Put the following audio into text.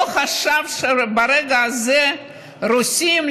לא חשב שברגע הזה רוסים,